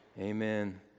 Amen